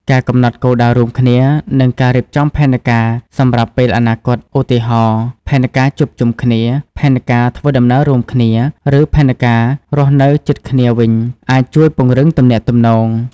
ការកំណត់គោលដៅរួមគ្នា និង ការរៀបចំផែនការសម្រាប់ពេលអនាគត ឧទាហរណ៍ ផែនការជួបជុំគ្នា ផែនការធ្វើដំណើររួមគ្នា ឬផែនការរស់នៅជិតគ្នាវិញ អាចជួយពង្រឹងទំនាក់ទំនង។